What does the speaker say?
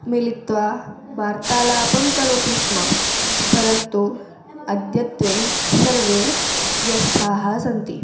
मिलित्वा वार्तालापं करोति स्म परन्तु अद्यत्वे सर्वे व्यस्ताः सन्ति